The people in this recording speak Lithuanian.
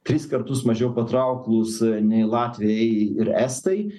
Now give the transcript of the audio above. tris kartus mažiau patrauklūs nei latviai ir estai